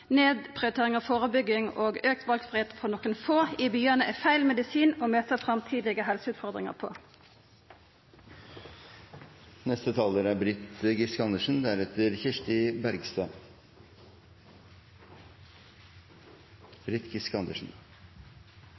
av førebygging og auka valfridom for nokon få i byane er feil medisin å møta framtidige helseutfordringar